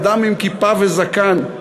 אדם עם כיפה וזקן.